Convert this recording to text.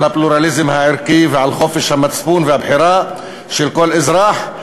הפלורליזם הערכי ועל חופש המצפון והבחירה של כל אזרח.